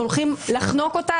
הולכים לחנוק אותה?